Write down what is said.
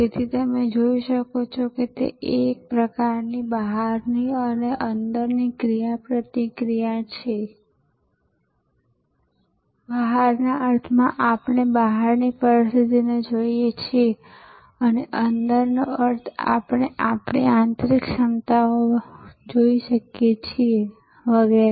તેથી જ આ આધુનિક એરપોર્ટ ટેક્નોલોજીનો ઉપયોગ કરીને અથવા નેટવર્ક બનાવીને અથવા નેટવર્કના અમુક ભાગનું આઉટસોર્સિંગ કરીને અથવા તેમના નેટવર્કના ભાગને એરપોર્ટની ભૌતિક સીમાની બહાર ધકેલતા હોય છે